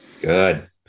Good